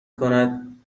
کند